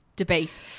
debate